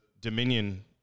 Dominion